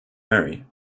mary